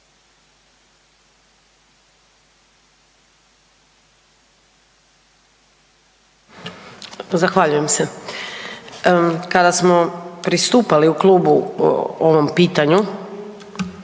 Zahvaljujem se. Kada smo pristupali u klubu ovom pitanju